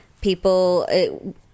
people